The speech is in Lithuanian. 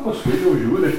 paskui jau žiūri